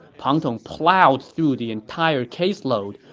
pang tong plowed through the entire caseload,